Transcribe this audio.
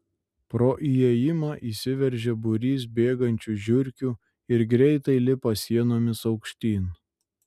pro įėjimą įsiveržia būrys bėgančių žiurkių ir greitai lipa sienomis aukštyn